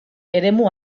eremu